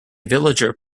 villager